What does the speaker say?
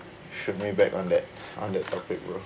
shoot me back on that on that topic bro